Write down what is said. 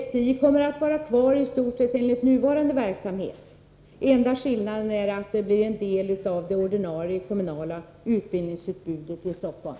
STI kommer att finnas kvar med i stort sett samma verksamhet som den nuvarande — den enda skillnaden är att den kommer att bli en del av det kommunala utbildningsutbudet i Stockholm.